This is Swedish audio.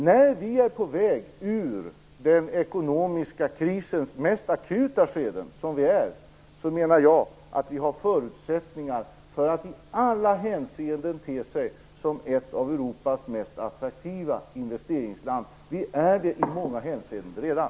När vi är på väg ur den ekonomiska krisens mest akuta skede, som vi är, menar jag att Sverige har förutsättningar att i alla hänseenden te sig som ett av Europas mest attraktiva investeringsländer. Vi är det redan i många hänseenden.